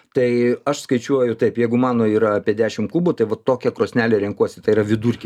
tai aš skaičiuoju taip jeigu mano yra apie dešim kubų tai vat tokią krosnelę ir renkuosi tai yra vidurkį